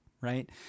right